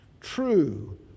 true